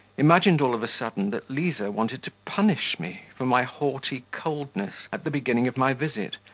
imagined all of a sudden that liza wanted to punish me for my haughty coldness at the beginning of my visit,